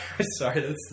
sorry